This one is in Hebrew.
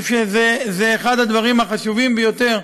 אני חושב שזה אחד הדברים החשובים ביותר,